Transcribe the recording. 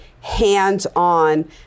hands-on